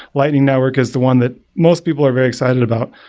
lightning network is the one that most people are very excited about.